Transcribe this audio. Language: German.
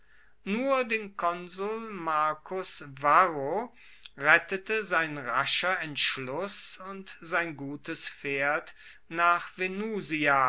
nur den konsul marcus varro rettete sein rascher entschluss und sein gutes pferd nach venusia